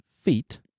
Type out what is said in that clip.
feet